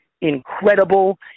incredible